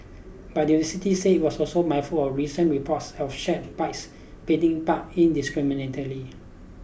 but the university said it was also mindful of recent reports of shared bikes being parked indiscriminately